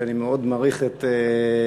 שאני מאוד מעריך את כישוריך,